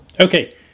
Okay